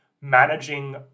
managing